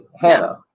Hannah